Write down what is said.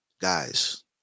guys